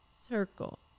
circle